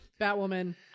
batwoman